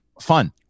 fun